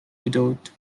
widowed